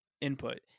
input